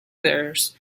errors